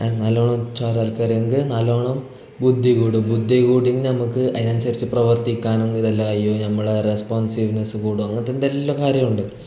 നല്ലോണം ചോര തലക്ക് കയറിയെങ്കിൽ നല്ലോണം ബുദ്ധി കൂടും ബുദ്ധി കൂടിയെങ്കിൽ നമുക്ക് അതിനനുസരിച്ച് പ്രവർത്തിക്കാനും ഇതെല്ലാം അയ്യൊ നമ്മളെ റെസ്പോൺസീവ്നെസ്സ് കൂടും അങ്ങനത്തെ എന്തെല്ലാം കാര്യമുണ്ട്